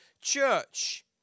church